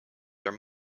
are